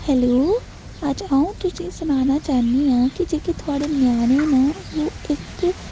hello अज्ज अं'ऊ तुसें सनाना चाह्नी आं कि जेह्के थोआढ़े न्याने न ओह् इक